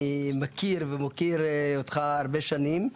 אני מכיר ומוקיר אותך הרבה שנים,